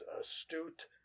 astute